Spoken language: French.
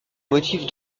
motifs